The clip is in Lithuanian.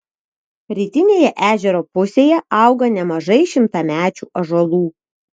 rytinėje ežero pusėje auga nemažai šimtamečių ąžuolų